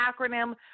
acronym